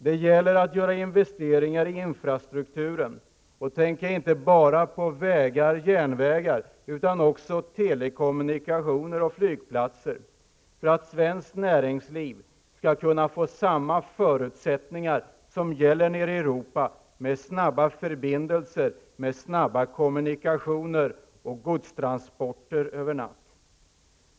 Det gäller att göra investeringar i infrastrukturen, och då tänker jag inte bara på vägar och järnvägar utan också på telekommunikationer och flygplatser, för att svenskt näringsliv skall kunna få samma förutsättningar som gäller nere i Europa med snabba förbindelser, snabba kommunikationer och godstransporter över natt.